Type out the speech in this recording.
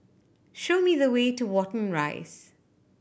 show me the way to Watten Rise